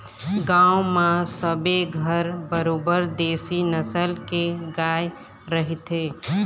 गांव म सबे घर बरोबर देशी नसल के गाय रहिथे